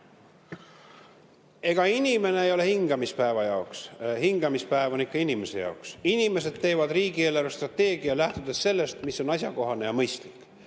Ega inimene ei ole hingamispäeva jaoks, hingamispäev on ikka inimese jaoks. Inimesed teevad riigi eelarvestrateegia, lähtudes sellest, mis on asjakohane ja mõistlik.